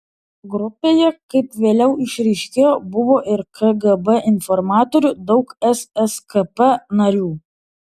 grupėje kaip vėliau išryškėjo buvo ir kgb informatorių daug sskp narių